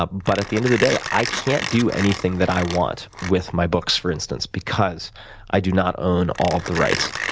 but at the end of the day, i can't do anything that i want with my books, for instance, because i do not own all of the rights.